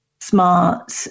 smart